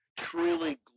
truly